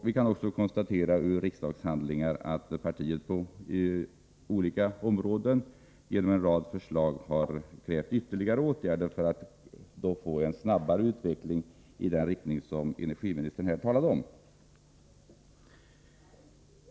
Vi kan också i riksdagshandlingar konstatera att partiet genom en rad förslag har krävt ytterligare åtgärder på olika områden för att få till stånd en snabbare utveckling i den riktning som energiministern här talat om.